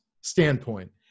standpoint